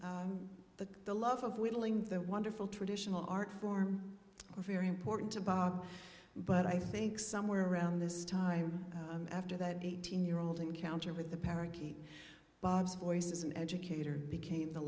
the the love of wiggling that wonderful traditional art form are very important to bob but i think somewhere around this time after that eighteen year old encounter with the parakeet bob's voice is an educator became the